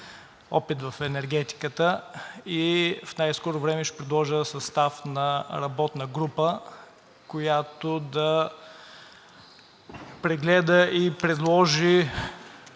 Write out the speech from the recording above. опит в енергетиката, и в най-скоро време ще предложа състав на работна група, която да прегледа и предложи